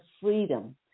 freedom